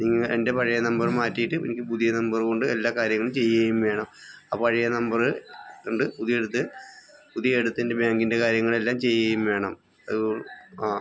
നിങ്ങൾ എൻ്റെ പഴയ നമ്പർ മാറ്റിയിട്ട് എനിക്ക് പുതിയ നമ്പർ കൊണ്ട് എല്ലാ കാര്യങ്ങളും ചെയ്യുകയും വേണം ആ പഴയ നമ്പർ ഉണ്ട് പുതിയ ഇടത്ത് പുതിയ ഇടത്തെൻ്റെ ബാങ്കിൻ്റെ കാര്യങ്ങളെല്ലാം ചെയ്യുകയും വേണം അതു ആ